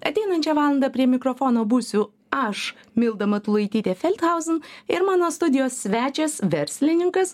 ateinančią valandą prie mikrofono būsiu aš milda matulaitytė felthauzen ir mano studijos svečias verslininkas